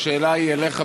השאלה היא אליך,